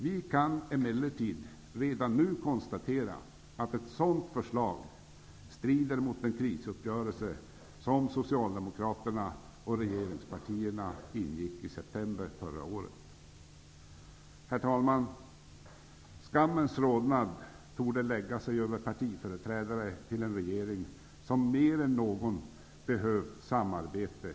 Vi kan emellertid redan nu konstatera att ett sådant förslag strider mot den krisuppgörelse som Socialdemokraterna och regeringspartierna ingick i september förra året. Herr talman! Skammens rodnad torde lägga sig över partiföreträdare för en regering som mer än någon annan behövt samarbeta.